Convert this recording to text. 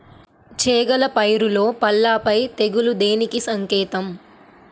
చేగల పైరులో పల్లాపై తెగులు దేనికి సంకేతం?